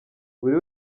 buri